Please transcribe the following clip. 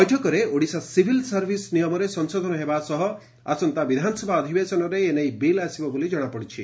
ବୈଠକରେ Odisha civil service ନିୟମରେ ସଂଶୋଧନ ହେବା ସହ ଆସନ୍ତା ବିଧାନସଭା ଅଧିବେଶନରେ ଏନେଇ ବିଲ୍ ଆସିବ ବୋଲି ଜଣାପଡ଼ିଛି